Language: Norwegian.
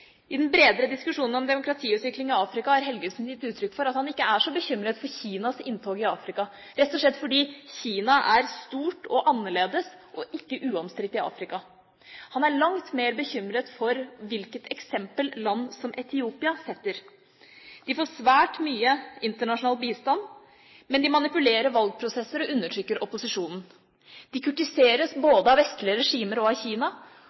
I den bredere diskusjonen om demokratiutvikling i Afrika har Helgesen gitt uttrykk for at han ikke er så bekymret for Kinas inntog i Afrika, rett og slett fordi Kina er stort og annerledes og ikke uomstridt i Afrika. Han er langt mer bekymret for hvilket eksempel land som Etiopia setter. De får svært mye internasjonal bistand, men de manipulerer valgprosesser og undertrykker opposisjonen. De kurtiseres både av vestlige regimer og av Kina,